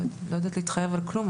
לא יודעת להתחייב על כלום.